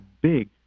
big